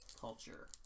culture